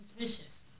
suspicious